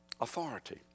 Authority